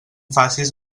facis